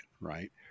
right